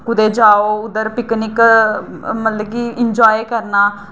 कुतै जाओ उद्धर पिकनिक मतलब कि इंजॉय करना